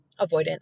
avoidant